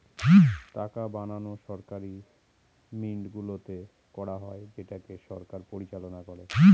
টাকা বানানো সরকারি মিন্টগুলোতে করা হয় যেটাকে সরকার পরিচালনা করে